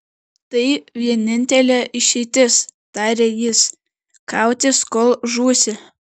tai vienintelė išeitis tarė jis kautis kol žūsi